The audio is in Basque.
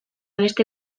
beste